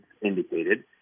indicated